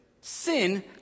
sin